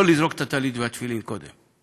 לא לזרוק את הטלית והתפילין קודם.